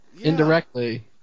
Indirectly